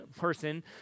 person